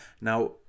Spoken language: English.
Now